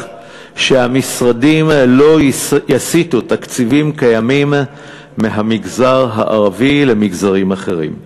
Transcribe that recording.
שהמשרדים לא יסיטו תקציבים קיימים מהמגזר הערבי למגזרים אחרים.